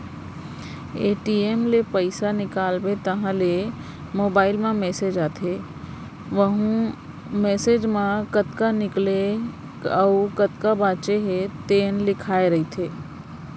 ATM ले पइसा निकालबे तहाँ ले मोबाईल म मेसेज आथे वहूँ मेसेज म कतना निकाले अउ कतना बाचे हे तेन लिखाए रहिथे